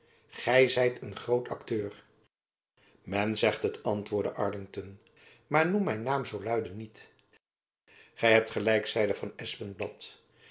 gy zijt een groot akteur men zegt het antwoordde arlington maar noem mijn naam zoo luide niet gy hebt gelijk zeide van espenblad